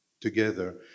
together